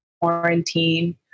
quarantine